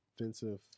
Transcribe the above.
offensive